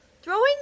Throwing